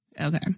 Okay